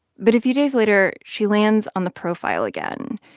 but a few days later, she lands on the profile again.